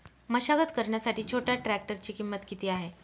मशागत करण्यासाठी छोट्या ट्रॅक्टरची किंमत किती आहे?